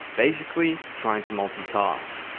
basically trying to multitask.